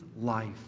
life